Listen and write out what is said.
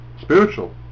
spiritual